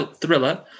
thriller